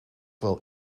wel